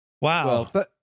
Wow